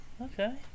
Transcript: Okay